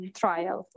trial